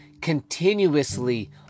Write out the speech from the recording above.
continuously